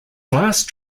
last